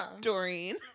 Doreen